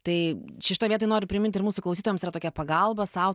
tai šitoj vietoj noriu priminti ir mūsų klausytojams yra tokia pagalba sau